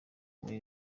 muri